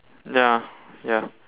ya ya